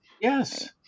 Yes